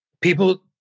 people